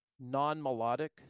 non-melodic